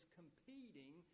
competing